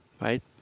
right